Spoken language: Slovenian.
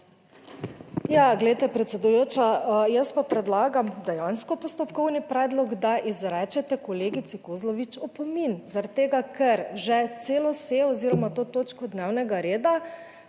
Ja, glejte predsedujoča, jaz pa predlagam dejansko postopkovni predlog, da izrečete kolegici Kozlovič opomin, zaradi tega, ker že celo sejo oziroma to točko dnevnega reda